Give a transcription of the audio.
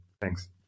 Thanks